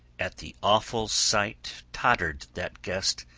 at the awful sight tottered that guest,